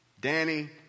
Danny